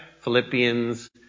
Philippians